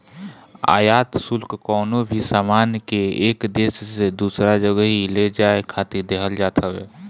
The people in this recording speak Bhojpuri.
आयात शुल्क कवनो भी सामान के एक देस से दूसरा जगही ले जाए खातिर देहल जात हवे